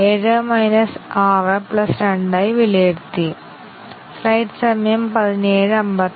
ഞങ്ങൾ എപ്പോൾ അതിനാൽ a 10 ശരിയാണെങ്കിൽ ഇവ തെറ്റായ ശരി ശരിയാണെന്ന് സജ്ജമാക്കുമ്പോൾ